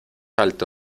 alto